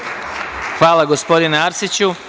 Hvala, gospodine Arsiću. Na